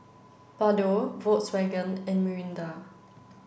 Bardot Volkswagen and Mirinda